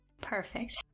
Perfect